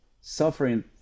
suffering